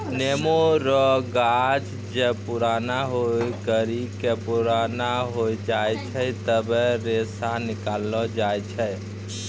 नेमो रो गाछ जब पुराणा होय करि के पुराना हो जाय छै तबै रेशा निकालो जाय छै